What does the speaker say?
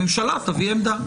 הממשלה תביא עמדה.